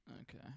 Okay